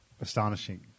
astonishing